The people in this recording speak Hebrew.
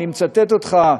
אני מצטט אותך,